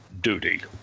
duty